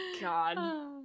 God